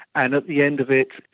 and at the end of it,